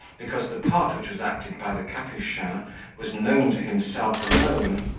because the part which was acted by the capuchin was known to himself alone,